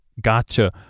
gotcha